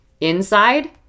inside